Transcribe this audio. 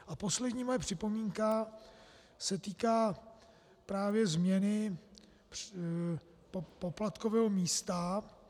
A poslední moje připomínka se týká právě změny poplatkového místa.